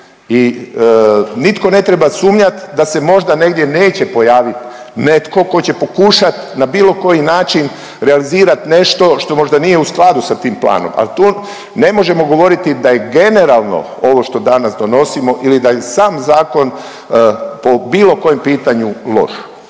i nitko ne treba sumnjati da se možda negdje neće pojavit netko tko će pokušati na bilo koji način realizirati nešto što možda nije u skladu sa tim planom, ali tu ne možemo govoriti da je generalno ovo što danas donosimo ili da je sam zakon po bilo kojem pitanju loš.